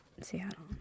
Seattle